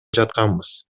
жатканбыз